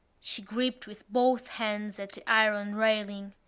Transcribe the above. she gripped with both hands at the iron railing.